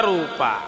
Rupa